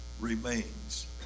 remains